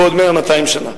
בעוד 100 200 שנה?